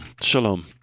Shalom